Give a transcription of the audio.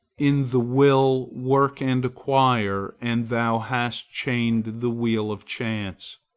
in the will work and acquire, and thou hast chained the wheel of chance,